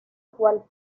cual